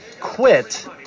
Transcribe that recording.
quit